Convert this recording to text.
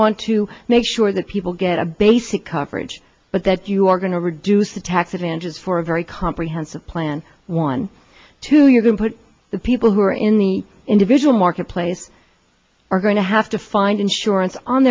want to make sure that people get a basic coverage but that you are going to reduce the tax advantages for a very comprehensive plan one two you can put the people who are in the individual marketplace are going to have to find insurance on